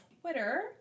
Twitter